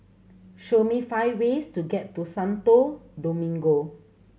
show me five ways to get to Santo Domingo